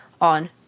on